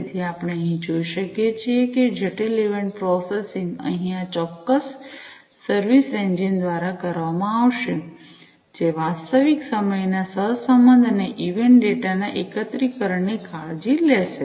તેથી આપણે અહીં જોઈ શકીએ છીએ કે જટિલ ઇવેન્ટ પ્રોસેસિંગ અહીં આ ચોક્કસ સર્વિસ એન્જિન દ્વારા કરવામાં આવશે જે વાસ્તવિક સમયના સહસંબંધ અને ઇવેન્ટ ડેટા ના એકત્રીકરણની કાળજી લેશે